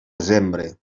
desembre